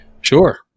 Sure